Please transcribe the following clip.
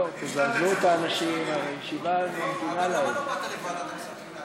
וכפי שאנו מתרגשים מ"אנו מכריזים בזאת" של לפני 70 שנה,